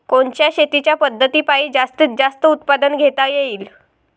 कोनच्या शेतीच्या पद्धतीपायी जास्तीत जास्त उत्पादन घेता येईल?